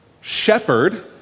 Shepherd